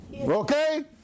Okay